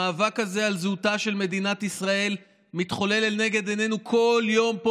המאבק הזה על זהותה של מדינת ישראל מתחולל לנגד עינינו כל יום פה,